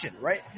right